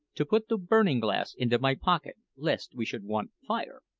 to put the burning-glass into my pocket lest we should want fire.